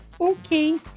Okay